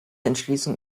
entschließung